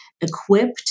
equipped